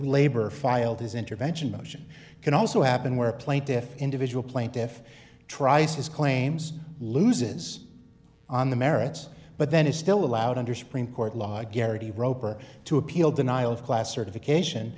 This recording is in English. labor filed his intervention motion can also happen where plaintiffs individual plaintiff tries his claims loses on the merits but then is still allowed under supreme court law garrity roper to appeal denial of class certification